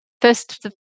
First